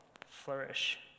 flourish